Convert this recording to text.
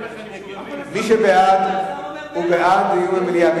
מי שבעד הוא בעד דיון במליאה,